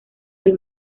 del